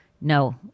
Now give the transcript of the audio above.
no